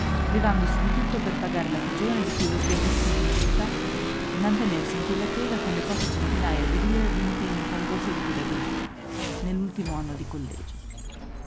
privandosi di tutto per pagar la pigione di quello sgabuzzino in città e mantenersi in quell'attesa con le poche centinaja di lire vinte in un concorso di pedagogia nell'ultimo anno di collegio